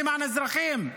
למען האזרחים?